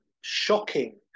shocking